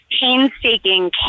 painstaking